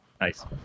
Nice